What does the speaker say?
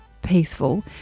peaceful